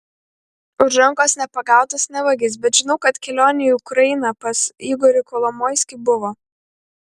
už rankos nepagautas ne vagis bet žinau kad kelionė į ukrainą pas igorį kolomoiskį buvo